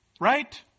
Right